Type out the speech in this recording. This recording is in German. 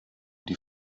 die